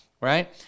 right